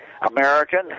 American